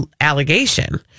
allegation